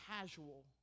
casual